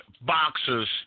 boxers